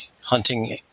hunting